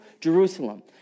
Jerusalem